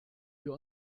wir